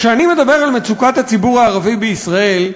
כשאני מדבר על מצוקת הציבור הערבי בישראל,